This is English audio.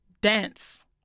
dance